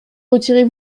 retirez